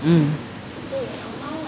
um